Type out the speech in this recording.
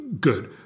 good